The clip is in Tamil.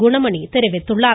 குணமணி தெரிவித்துள்ளார்